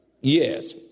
Yes